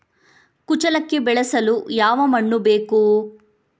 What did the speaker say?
ಕುಚ್ಚಲಕ್ಕಿ ಬೆಳೆಸಲು ಯಾವ ಮಣ್ಣು ಬೇಕು?